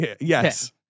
yes